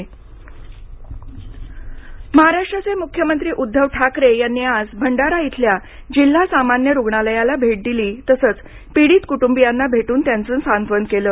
भंडारा मुख्यमंत्री भेट महाराष्ट्राचे मुख्यमंत्री उद्दव ठाकरे यांनी आज भंडारा इथल्या जिल्हा सामान्य रुग्णालयाला भेट दिली तसंच पिडीत कुटुंबीयांना भेटून त्यांचं सांत्वन केलं